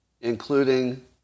including